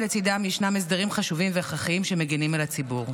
לצידם יש הסדרים חשובים והכרחיים שמגינים על הציבור.